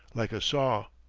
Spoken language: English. like a saw.